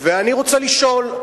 ואני רוצה לשאול: